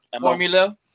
formula